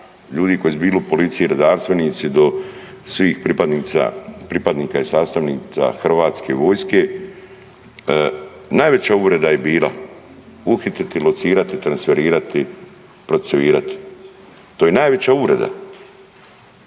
ljudi koji su bili u policiji, redarstvenici do svih pripadnika i sastavnica Hrvatske vojske, najveća uvreda je bila uhititi, locirati, transferirati, procesuirati. To je najveća uvreda.